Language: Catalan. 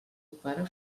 pare